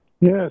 Yes